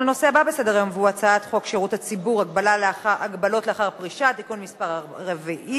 ונעבור לתוצאות: בעד תיקון הטעות, 13,